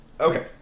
Okay